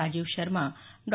Rajiv Sharma Dr